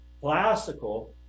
classical